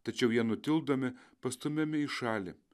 tačiau jie nutildomi pastumiami į šalį